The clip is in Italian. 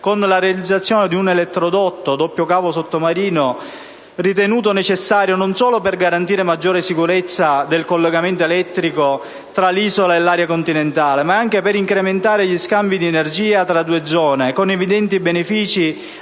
con la realizzazione di un elettrodotto in doppio cavo sottomarino, ritenuto necessario non solo per garantire maggiore sicurezza del collegamento elettrico tra l'isola e l'area continentale, ma anche per incrementare gli scambi di energia tra le due zone, con evidenti benefici